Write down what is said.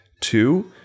Two